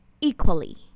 equally